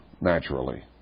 naturally